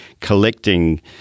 collecting